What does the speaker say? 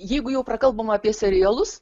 jeigu jau prakalbome apie serialus